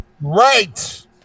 Right